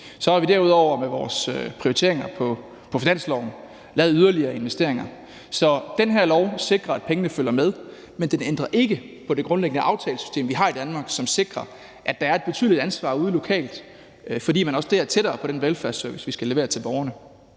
Så har vi derudover med vores prioriteringer på finansloven lavet yderligere investeringer. Så den her lov sikrer, at pengene følger med, men den ændrer ikke på det grundlæggende aftalesystem, vi har i Danmark, som sikrer, at der er et betydeligt ansvar ude lokalt, fordi man også sidder tættere på den velfærd, man skal levere til borgerne.